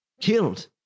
Killed